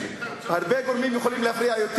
הרבה גורמים יכולים להפריע יותר.